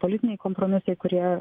politiniai kompromisai kurie